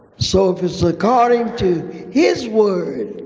so if it's according to his word,